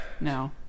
no